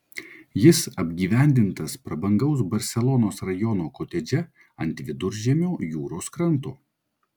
jis apgyvendintas prabangaus barselonos rajono kotedže ant viduržiemio jūros kranto